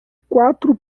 quatro